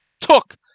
took